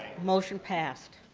motion passed.